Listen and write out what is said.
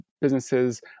businesses